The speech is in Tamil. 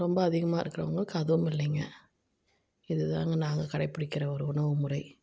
ரொம்ப அதிகமாக இருக்கிறவுங்களுக்கு அதுவும் இல்லைங்க இதுதாங்க நாங்கள் கடைப்பிடிக்கிற ஒரு உணவு முறை